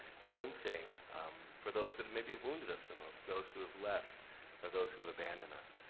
same thing for those that maybe have wounded us the most, those who have left or those who've abandoned us,